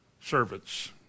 servants